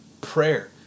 prayer